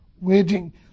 waiting